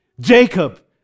Jacob